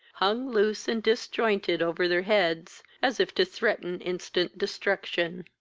hung loose and disjointed over their heads, as if to threaten instant destruction.